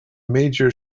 major